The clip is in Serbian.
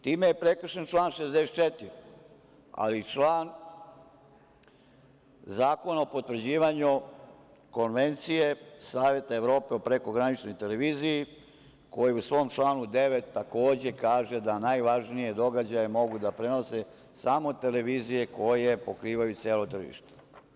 Time je prekršen član 64, ali i član Zakona o potvrđivanju Konvencije Saveta Evrope o prekograničnoj televiziji, koji u svom članu 9. takođe kaže da najvažnije događaje mogu da prenose samo televizije koje pokrivaju celo tržište.